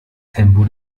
tempo